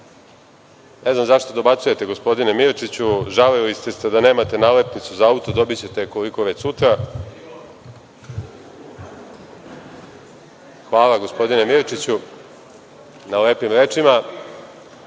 znam zašto dobacujte, gospodine Mirčiću, žalili ste se da nemate nalepnicu za auto, dobićete je koliko već sutra. Hvala, gospodine Mirčiću, na lepim rečima. Dakle,